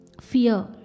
fear